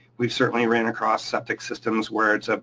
we've certainly ran across septic systems where it's ah